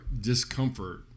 discomfort